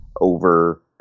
over